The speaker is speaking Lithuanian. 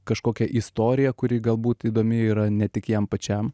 kažkokią istoriją kuri galbūt įdomi yra ne tik jam pačiam